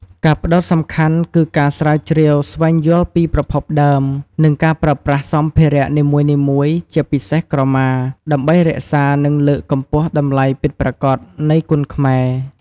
ការផ្តោតសំខាន់គឺការស្រាវជ្រាវ ស្វែងយល់ពីប្រភពដើម និងការប្រើប្រាស់សម្ភារៈនីមួយៗ ជាពិសេសក្រមា ដើម្បីរក្សា និងលើកកម្ពស់តម្លៃពិតប្រាកដនៃគុនខ្មែរ។